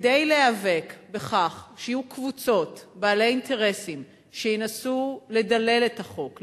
כדי להיאבק בכך שיהיו קבוצות בעלי אינטרסים שינסו לדלל את החוק,